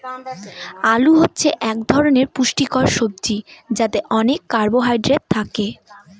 আলু হচ্ছে এক ধরনের পুষ্টিকর সবজি যাতে অনেক কার্বহাইড্রেট থাকে